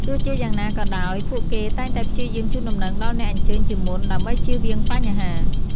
ទោះជាយ៉ាងណាក៏ដោយ ពួកគេតែងតែព្យាយាមជូនដំណឹងដល់អ្នកអញ្ជើញជាមុន ដើម្បីជៀសវាងបញ្ហា។